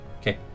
Okay